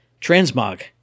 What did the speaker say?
Transmog